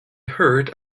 heard